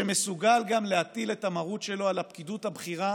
ומסוגל גם להטיל את המרות שלו על הפקידות הבכירה